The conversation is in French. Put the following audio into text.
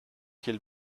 quel